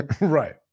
Right